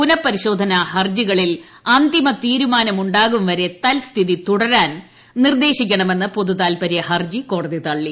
പുനഃപരിശോധനാ ഹർജികളിൽ അന്തിമ തീരുമാനമുണ്ടാകും വരെ തൽസ്ഥിതി തുടരാൻ നിർദ്ദേശിക്കണമെന്ന പൊതുതാത്പര്യ ഹർജി കോടതി തള്ളി